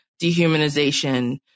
dehumanization